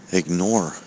ignore